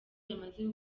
yamaze